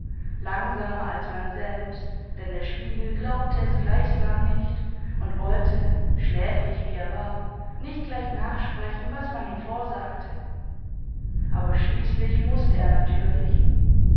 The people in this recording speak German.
langsamer als man selbst denn der spiegel glaubte es gleichsam nicht und wollte schläfrig wie er war nicht gleich nachsprechen was man ihm vorsagte aber schließlich mußte er natürlich